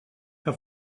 que